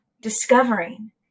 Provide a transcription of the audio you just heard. discovering